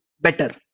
better